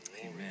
Amen